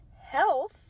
health